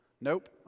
Nope